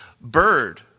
bird